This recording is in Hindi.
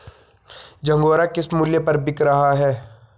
झंगोरा किस मूल्य पर बिक रहा है?